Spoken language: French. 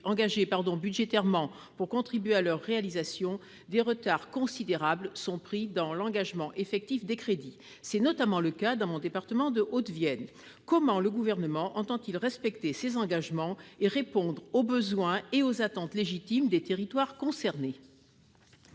engagées budgétairement pour contribuer à leur réalisation, des retards considérables sont pris dans l'engagement effectif des crédits. C'est notamment le cas dans mon département, la Haute-Vienne. Comment le Gouvernement entend-il respecter ses engagements et répondre aux besoins et aux attentes légitimes des territoires concernés ?